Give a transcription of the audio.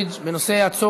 סיימנו את פרק